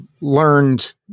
learned